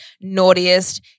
naughtiest